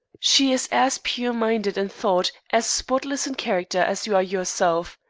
she is as pure-minded in thought, as spotless in character, as you are yourself.